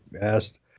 asked